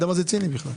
ציניות.